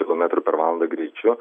kilometrų per valandą greičiu